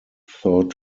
thought